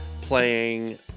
playing